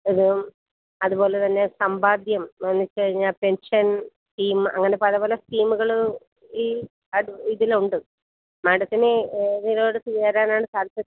ഇതും അതുപോലെ തന്നെ സമ്പാദ്യം എന്നു വെച്ചു കഴിഞ്ഞാൽ പെൻഷൻ സ്കീം അങ്ങനെ പല പല സ്കീമുകൾ ഈ അ ഇതിലുണ്ട് മാഡത്തിന് ഏതിനോട് ചേരാനാണ് താല്പര്യം